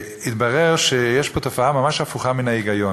התברר שיש פה תופעה ממש הפוכה מן ההיגיון.